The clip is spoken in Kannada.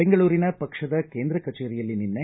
ಬೆಂಗಳೂರಿನ ಪಕ್ಷದ ಕೇಂದ್ರ ಕಚೇರಿಯಲ್ಲಿ ನಿನ್ನೆ